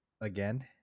again